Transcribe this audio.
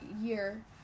year